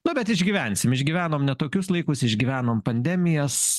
nu bet išgyvensim išgyvenom ne tokius laikus išgyvenom pandemijas